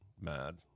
mad